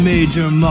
Major